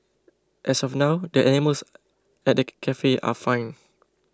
as of now the animals at the cafe are fine